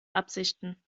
absichten